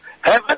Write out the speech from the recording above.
heaven